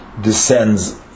descends